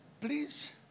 please